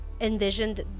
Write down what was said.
envisioned